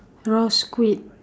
raw squid